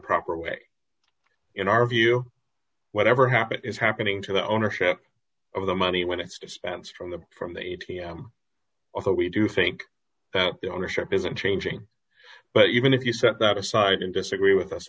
proper way in our view whatever happened is happening to the ownership of the money when it's dispensed from the from the a t m or what we do think about the ownership isn't changing but even if you set that aside and disagree with us